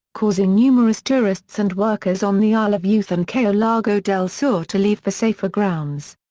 causing numerous tourists and workers on the isle of youth and cayo largo del sur to leave for safer grounds.